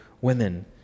women